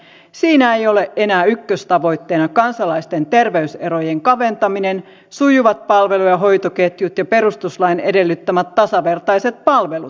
siinä ei ole enää ykköstavoitteena kansalaisten terveyserojen kaventaminen sujuvat palvelu ja hoitoketjut ja perustuslain edellyttämät tasavertaiset palvelut